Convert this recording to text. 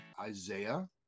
Isaiah